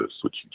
switch